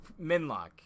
Minlock